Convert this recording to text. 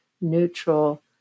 neutral